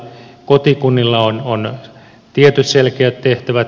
kotikunnilla on tietyt selkeät tehtävät